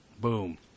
Boom